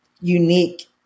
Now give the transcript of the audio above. unique